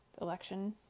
election